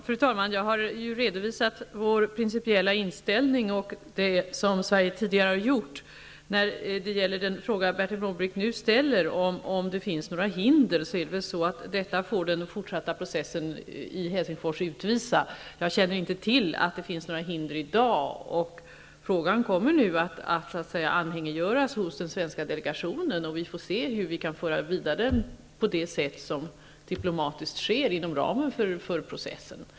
Fru talman! Jag har redovisat vår principiella inställning och det som Sverige tidigare har gjort. Beträffande den fråga som Bertil Måbrink nu ställer, om det finns några hinder, vill jag svara att den fortsatta processen i Helsingfors får utvisa om det finns några sådana. Jag känner inte till att det skulle finnas hinder i dag. Frågan kommer att anhängiggöras hos den svenska delegationen. Vi får se hur vi kan föra den vidare på det sätt som diplomatiskt sker inom ramen för processen.